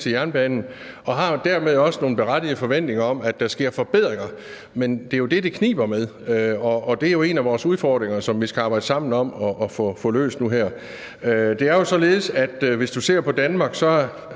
til jernbanen, og har dermed også nogle berettigede forventninger om, at der sker forbedringer. Men det er jo det, det kniber med. Og det er en af de udfordringer, som vi skal arbejde sammen om at få løst nu her. Det er jo således, at hvis du ser på Danmark, er